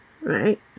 right